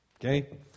okay